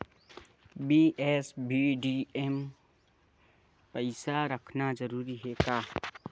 BSBDA मा पईसा रखना जरूरी हे का?